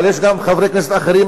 וגם חברי כנסת אחרים,